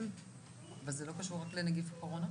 זה לא קשור רק לנגיף הקורונה.